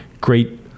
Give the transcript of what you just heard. great